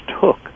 took